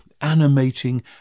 animating